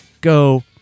Go